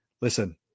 Listen